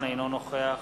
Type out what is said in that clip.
אינו נוכח